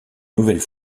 nouvelle